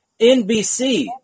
NBC